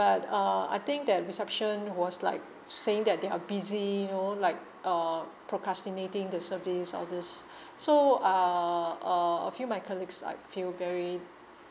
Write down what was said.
but uh I think that reception was like saying that they are busy you know like uh procrastinating the service all this so uh uh a few my colleagues like feel very